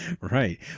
Right